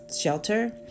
shelter